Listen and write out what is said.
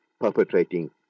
perpetrating